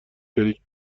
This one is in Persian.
شریک